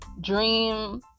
dream